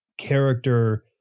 character